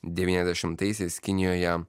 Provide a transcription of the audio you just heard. devyniasdešimtaisiais kinijoje